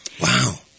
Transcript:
Wow